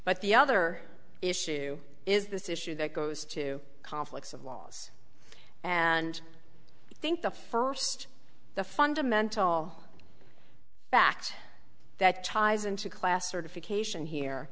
but the other issue is this issue that goes to conflicts of laws and i think the first the fundamental fact that ties into class certification here